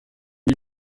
iyo